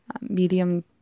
medium